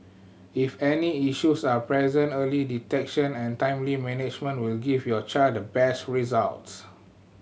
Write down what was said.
if any issues are present early detection and timely management will give your child the best results